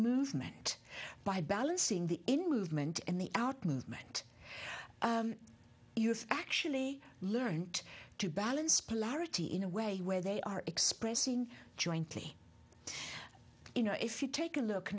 movement by balancing the in movement and the out movement you've actually learnt to balance blare a t in a way where they are expressing jointly you know if you take a look